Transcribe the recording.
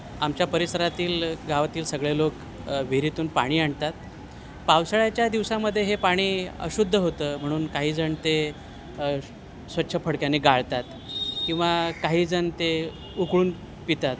आमच्या परिसरातील गावातील सगळे लोक विहिरीतून पाणी आणतात पावसाळ्याच्या दिवसामध्ये हे पाणी अशुद्ध होतं म्हणून काहीजण ते स्वच्छ फडक्याने गाळतात किंवा काहीजण ते उकळून पितात